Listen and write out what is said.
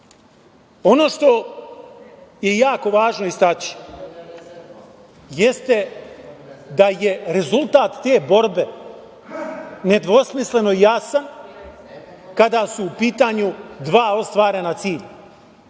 što je jako važno istaći jeste da je rezultat te borbe nedvosmisleno jasan kada su u pitanju dva ostvarena cilja.